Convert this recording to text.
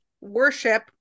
worship